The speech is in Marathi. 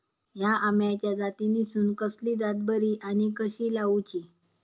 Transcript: हया आम्याच्या जातीनिसून कसली जात बरी आनी कशी लाऊची?